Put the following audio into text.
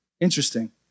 Interesting